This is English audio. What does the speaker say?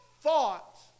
thought